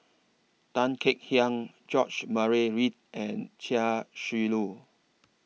Tan Kek Hiang George Murray Reith and Chia Shi Lu